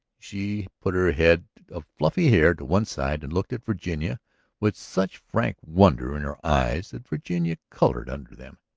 she put her head of fluffy hair to one side and looked at virginia with such frank wonder in her eyes that virginia colored under them.